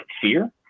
fear